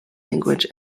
language